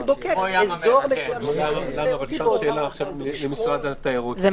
בוקק אזור מסוים --- שאלה למשרד התיירות,